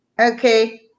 Okay